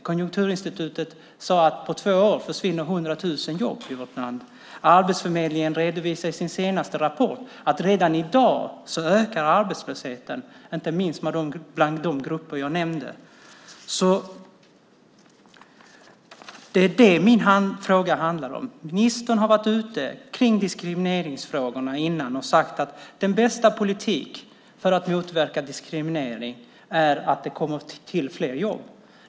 Konjunkturinstitutet har sagt att på två år försvinner 100 000 jobb i vårt land. Arbetsförmedlingen redovisar i sin senaste rapport att arbetslösheten redan i dag ökar, inte minst bland de grupper jag nämnt. Det är det som min interpellation handlar om. Ministern har tidigare varit ute i diskrimineringsfrågorna och sagt att den bästa politiken för att motverka diskriminering är att fler jobb kommer till.